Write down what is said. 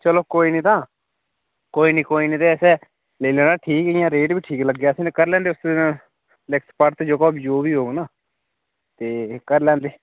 चलो कोई निं तां कोई निं कोई निं ते असें ले लैना ठीक इ'यां रेट बी ठीक लग्गेआ असें ई ते करी लैन्ने आं लिखत पढ़त जोह्का जो बी होग ना ते करी लैंदे